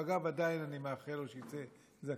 ואגב, עדיין אני מאחל לו שיצא זכאי.